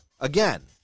again